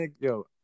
yo